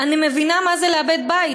"אני מבינה מה זה לאבד בית,